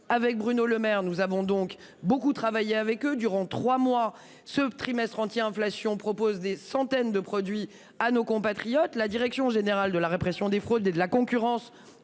avec Bruno Lemaire, nous avons donc beaucoup travaillé avec eux durant 3 mois ce trimestre anti-inflation propose des centaines de produits à nos compatriotes. La direction générale de la répression des fraudes et de la concurrence